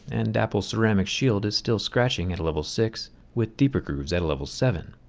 and apple's ceramic shield is still scratching at a level six, with deeper grooves at a level seven.